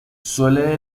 suele